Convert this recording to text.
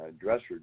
dresser